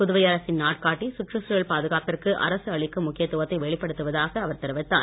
புதுவை அரசின் நாட்காட்டி சுற்றுச்சூழல் பாதுகாப்பிற்கு அரசு அளிக்கும் முக்கியத்துவத்தை வெளிப்படுத்துவதாக அவர் தெரிவித்தார்